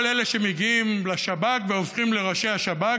כל אלה שמגיעים לשב"כ והופכים לראשי השב"כ